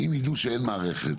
אם ידעו שאין מערכת,